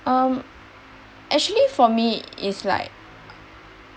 um actually for me is like